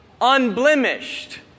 unblemished